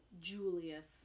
Julius